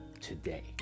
today